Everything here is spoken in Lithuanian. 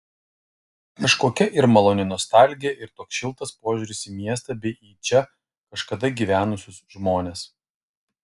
kažkokia ir maloni nostalgija ir toks šiltas požiūris į miestą bei į čia kažkada gyvenusius žmones